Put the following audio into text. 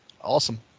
awesome